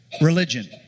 religion